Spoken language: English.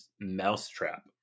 Mousetrap